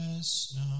snow